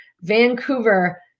Vancouver